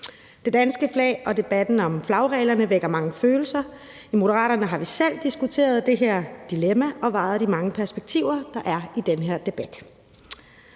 Det danske flag og debatten om flagreglerne vækker mange følelser. I Moderaterne har vi selv diskuteret det her dilemma og vejet de mange perspektiver, der er i denne debat.